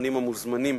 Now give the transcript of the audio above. נבחנים המוזמנים